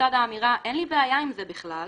לצד האמירה "אין לי בעיה עם זה בכלל",